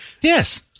Yes